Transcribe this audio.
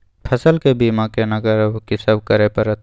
फसल के बीमा केना करब, की सब करय परत?